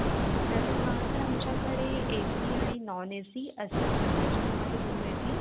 okay तर sir आमच्याकडे A C आणि नॉन ए सी अशा प्रकारच्या तुम्हाला रूम मिळतील